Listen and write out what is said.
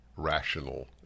rational